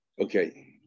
Okay